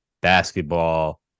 basketball